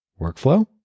Workflow